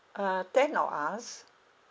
uh ten of us